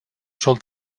sol